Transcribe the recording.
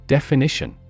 Definition